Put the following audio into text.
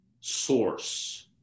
source